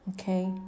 okay